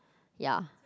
ya